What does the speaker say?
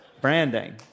Branding